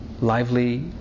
lively